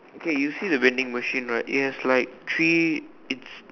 okay you see the vending machine right yes like three it's